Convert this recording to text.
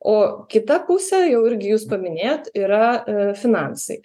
o kita pusė jau irgi jūs paminėjot yra a finansai